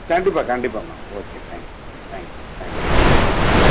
கண்டிப்பாக கண்டிப்பாக ma'am okay thank you thank you thank you welcome ma'am thank you